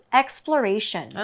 exploration